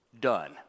done